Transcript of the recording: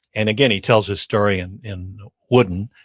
and again, he tells this story and in wooden.